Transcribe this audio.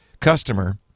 customer